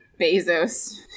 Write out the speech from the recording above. bezos